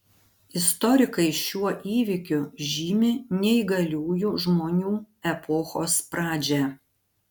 istorikai šiuo įvykiu žymi neįgaliųjų žmonių epochos pradžią